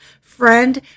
Friend